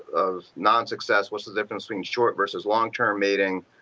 of non-success, what's the difference between short versus long-term mating,